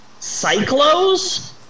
cyclos